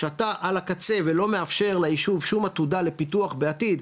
כשאתה על הקצה ולא מאפשר ליישוב שום עתודה לפיתוח בעתיד,